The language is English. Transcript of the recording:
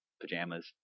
pajamas